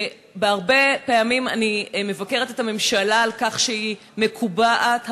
הרבה פעמים אני מבקרת את הממשלה על כך שהיא מקובעת,